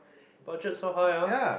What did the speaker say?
budget so high ah